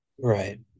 right